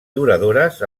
duradores